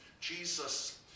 Jesus